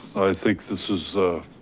i think this is a